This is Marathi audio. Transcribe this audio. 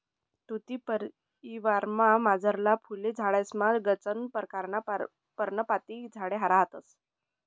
तुती परिवारमझारला फुल झाडेसमा गनच परकारना पर्णपाती झाडे रहातंस